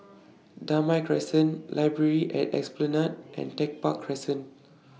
Damai Crescent Library At Esplanade and Tech Park Crescent